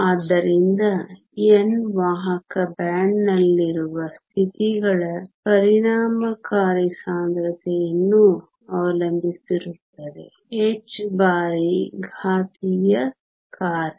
ಆದ್ದರಿಂದ n ವಾಹಕ ಬ್ಯಾಂಡ್ನಲ್ಲಿರುವ ಸ್ಥಿತಿಗಳ ಪರಿಣಾಮಕಾರಿ ಸಾಂದ್ರತೆಯನ್ನು ಅವಲಂಬಿಸಿರುತ್ತದೆ h ಬಾರಿ ಘಾತೀಯ ಕಾರ್ಯ